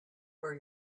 where